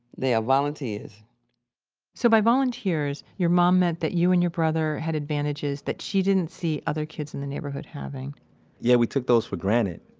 they are volunteers so by volunteers, your mom meant that you and your brother had advantages that she didn't see other kids in the neighborhood having yeah, we took those for granted.